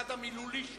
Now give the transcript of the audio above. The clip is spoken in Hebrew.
הצד המילולי שבו.